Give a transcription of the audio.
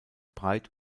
breit